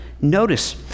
Notice